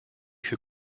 who